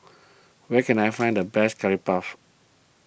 where can I find the best Curry Puff